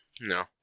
No